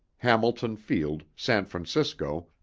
hamilton field, san francisco,